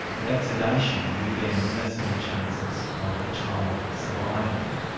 but that sedation would then lessen the chances of the child surviving.